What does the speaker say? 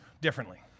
differently